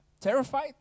terrified